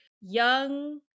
young